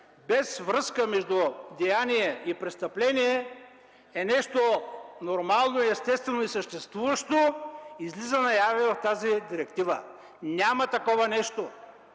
без връзка между деяние и престъпление е нещо нормално и естествено и съществуващо, излиза наяве в тази директива. Няма такова нещо!